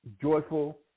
joyful